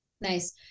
Nice